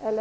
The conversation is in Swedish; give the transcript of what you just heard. eller?